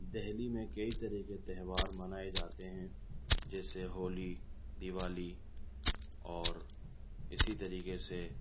دہلی میں کئی طرح کے تہوار منائے جاتے ہیں جیسے ہولی دیوالی اور اسی طریقے سے